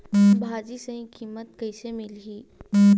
भाजी सही कीमत कइसे मिलही?